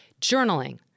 journaling